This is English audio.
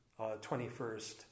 21st